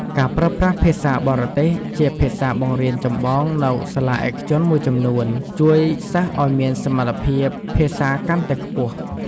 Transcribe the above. ការប្រើប្រាស់ភាសាបរទេស ជាភាសាបង្រៀនចម្បងនៅសាលាឯកជនមួយចំនួន ជួយសិស្សឱ្យមានសមត្ថភាពភាសាកាន់តែខ្ពស់។